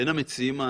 בין המציעים הנוספים,